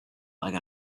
like